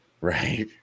Right